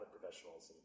professionals